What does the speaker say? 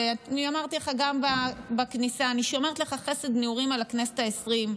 ואני אמרתי לך גם בכניסה: אני שומרת לך חסד נעורים על הכנסת העשרים,